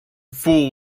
fool